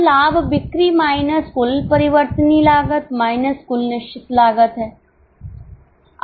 तो लाभ बिक्री माइनस कुल परिवर्तनीय लागत माइनस कुल निश्चित लागत है